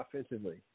offensively